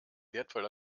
wertvoll